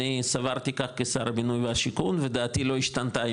אני סברתי כך כשר הבינוי והשיכון ודעתי לא השתנתה,